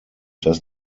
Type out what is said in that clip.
does